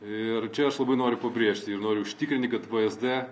ir čia aš labai noriu pabrėžti ir noriu užtikrinti kad vsd